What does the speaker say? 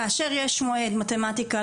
כאשר יש מועד מתמטיקה,